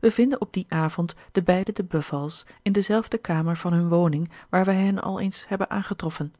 wij vinden op dien avond de beide de bevals in dezelfde kamer van hunne woning e waar wij hen al eens hebben aangetroffen